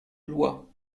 loi